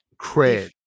cred